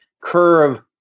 curve